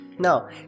now